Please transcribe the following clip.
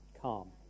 calm